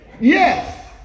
Yes